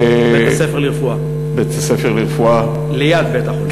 בית-הספר לרפואה ליד בית-החולים.